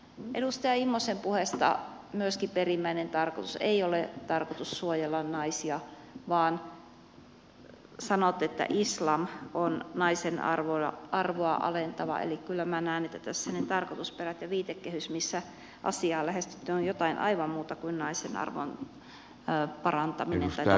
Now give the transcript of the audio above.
edustaja immosen puheen perimmäinen tarkoitus ei myöskään ole suojella naisia vaan sanot että islam on naisen arvoa alentava eli kyllä minä näen että tässä ne tarkoitusperät ja viitekehys missä asiaa lähestytte ovat jotain aivan muuta kuin naisen arvon parantaminen tai tasa arvon parantaminen